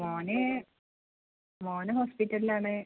മോൻ മോൻ ഹോസ്പ്പിറ്റലിലാണ്